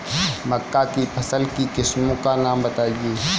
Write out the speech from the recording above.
मक्का की फसल की किस्मों का नाम बताइये